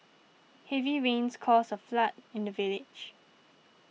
heavy rains caused a flood in the village